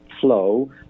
flow